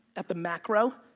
at the macro,